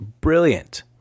brilliant